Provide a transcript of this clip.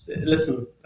listen